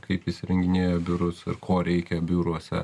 kaip įsirenginėja biurus ir ko reikia biuruose